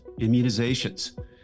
immunizations